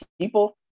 People